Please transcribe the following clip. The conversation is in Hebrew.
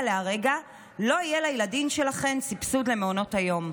להרגע לא יהיה לילדים שלכן סבסוד למעונות היום.